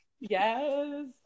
yes